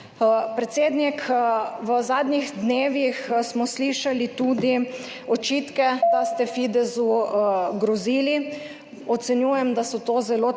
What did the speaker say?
Predsednik, v zadnjih dnevih smo slišali tudi očitke, da ste Fidesu grozili. Ocenjujem, da so to zelo težke